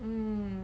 mm